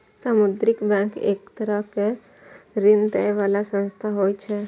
सामुदायिक बैंक एक तरहक ऋण दै बला संस्था होइ छै